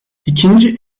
i̇kinci